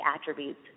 attributes